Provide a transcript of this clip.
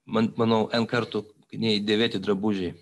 man manau en kartų nei dėvėti drabužiai